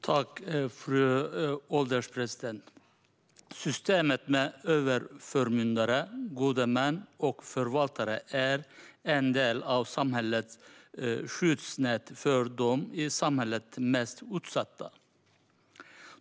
Fru ålderspresident! Systemet med överförmyndare, gode män och förvaltare är en del av samhällets skyddsnät för de i samhället mest utsatta.